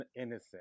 innocent